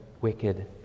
wicked